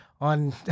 on